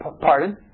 Pardon